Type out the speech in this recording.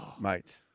mate